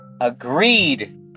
Agreed